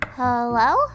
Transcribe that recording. Hello